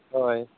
ᱦᱳᱭ